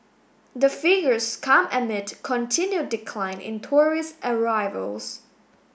the figures come amid continued decline in tourist arrivals